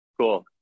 Cool